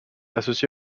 associé